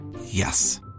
yes